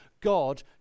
God